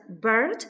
bird